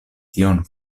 tion